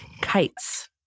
kites